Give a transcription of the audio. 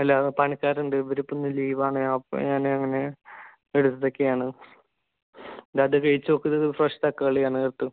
അല്ല പണിക്കാർ ഉണ്ട് ഇവർ ഇപ്പോൾ ഇന്നു ലീവ് ആണ് അപ്പോൾ ഞാൻ അങ്ങനെ എടുത്തതൊക്കെ ആണ് ഇതാ ഇത് കഴിച്ച് നോക്ക് ഇത് ഫ്രഷ് തക്കാളി ആണ് കേട്ടോ